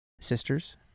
sisters